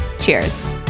cheers